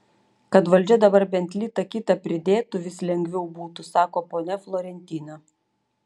kad valdžia dabar bent litą kitą pridėtų vis lengviau būtų sako ponia florentina